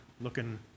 looking